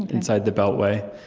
inside the beltway,